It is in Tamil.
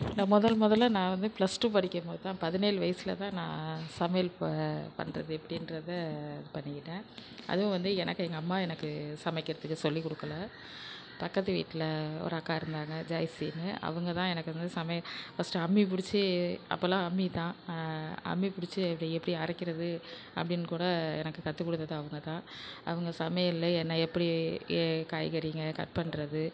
நான் முதல் முதல்ல நான் வந்து ப்ளஸ் டூ படிக்கும் போது தான் பதினேழு வயசில் தான் நான் சமையல் ப பண்ணுறது எப்படின்றத பண்ணிக்கிட்டேன் அதுவும் வந்து எனக்கு எங்கள் அம்மா எனக்கு சமைக்கிறதுக்கு சொல்லிக் கொடுக்கல பக்கத்து வீட்டில ஒரு அக்கா இருந்தாங்க ஜெயஸ்ரீன்னு அவங்க தான் எனக்கு வந்து சமையல் ஃபர்ஸ்ட்டு அம்மி பிடிச்சி அப்பெல்லாம் அம்மி தான் அம்மி பிடிச்சி அதில் எப்படி அரைக்கிறது அப்படின்னு கூட எனக்கு கற்றுக் கொடுத்தது அவங்க தான் அவங்க சமையலில் என்ன எப்படி ஏ காய்கறிங்க கட் பண்ணுறது